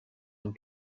amb